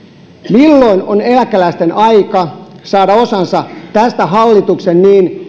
milloin on eläkeläisten aika saada osansa tästä hallituksen niin